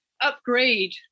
upgrade